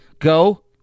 Go